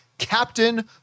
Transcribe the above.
Captain